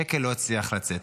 שקל לא הצליח לצאת.